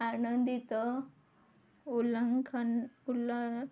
ଆନନ୍ଦିତ